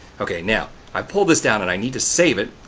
okay, now. i've pulled this down and i need to save it.